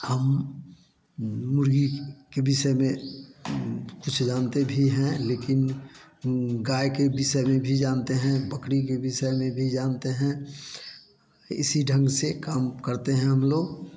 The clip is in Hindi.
हम मुर्गी के विषय में कुछ जानते भी है लेकिन गाय के विषय में भी जानते हैं बकरी के विषय में भी जानते हैं इसी ढंग से काम करते हैं हम लोग